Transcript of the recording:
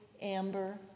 Amber